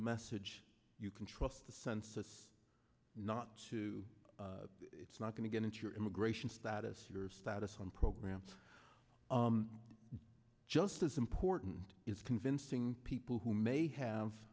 message you can trust the census not to it's not going to get into your immigration status your status on programs just as important is convincing people who may have